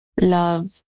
love